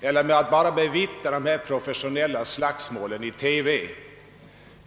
eller med att bevittna dessa professionella slagsmål i TV.